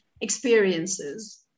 experiences